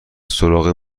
سراغ